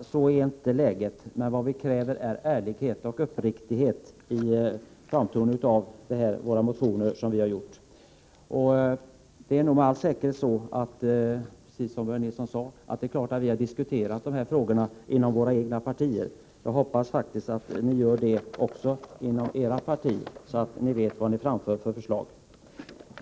Så är inte fallet. Vad vi kräver är ärlighet och uppriktighet i framställningen av de motioner som vi har väckt. Det är klart att vi, precis som Börje Nilsson sade, har diskuterat dessa frågor inom våra egna partier. Jag hoppas faktiskt att också ni gör det inom ert parti, så att ni vet vilka förslag ni för fram.